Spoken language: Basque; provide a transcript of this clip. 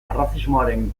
arrazismoaren